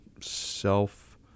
self